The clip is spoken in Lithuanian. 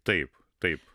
taip taip